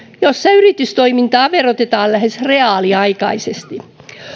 jossa yritystoimintaa verotetaan lähes reaaliaikaisesti